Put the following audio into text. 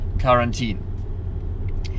quarantine